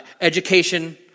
Education